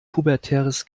pubertäres